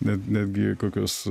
net netgi kokios